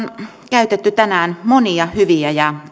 käytetty tänään monia hyviä